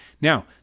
Now